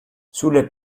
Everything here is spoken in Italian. sulle